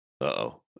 Uh-oh